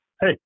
hey